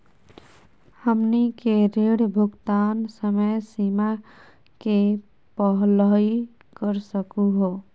हमनी के ऋण भुगतान समय सीमा के पहलही कर सकू हो?